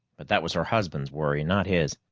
but that was her husband's worry, not his.